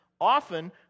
often